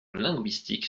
linguistique